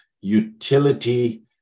utility